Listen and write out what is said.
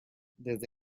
desde